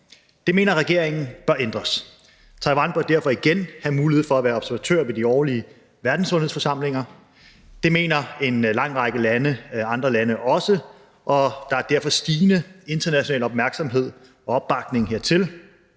Det mener regeringen bør ændres. Taiwan bør derfor igen have mulighed for at være observatør ved de årlige Verdenssundhedsforsamlinger. Det mener en lang række andre lande også, og der er derfor stigende international opmærksomhed på det og opbakning hertil.